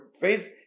phase